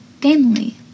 family